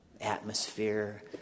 atmosphere